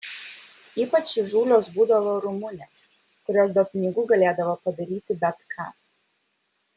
ypač įžūlios būdavo rumunės kurios dėl pinigų galėdavo padaryti bet ką